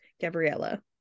gabriella